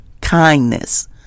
kindness